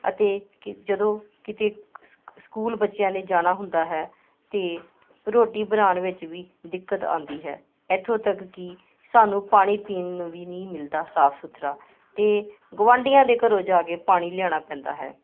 ਅਤੇ ਜਦੋਂ ਕਿਤੇ ਸ ਸਕੂਲ ਬੱਚਿਆਂ ਨੇ ਜਾਣਾ ਹੁੰਦਾ ਹੈ ਅਤੇ ਰੋਟੀ ਬਣਾਉਣ ਵਿੱਚ ਵੀ ਦਿੱਕਤ ਆਉਂਦੀ ਹੈ ਇੱਥੋਂ ਤੱਕ ਕਿ ਸਾਨੂੰ ਪਾਣੀ ਪੀਣ ਨੂੰ ਵੀ ਨਹੀਂ ਮਿਲਦਾ ਸਾਫ ਸੁਥਰਾ ਅਤੇ ਗੁਆਂਢੀਆਂ ਦੇ ਘਰੋਂ ਜਾ ਕੇ ਪਾਣੀ ਲਿਆਉਣਾ ਪੈਂਦਾ ਹੈ